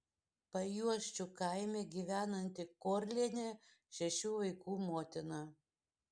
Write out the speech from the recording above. pajuosčių kaime gyvenanti korlienė šešių vaikų motina